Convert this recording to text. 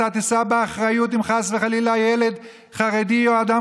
אתה תישא באחריות אם חס וחלילה ילד חרדי או אדם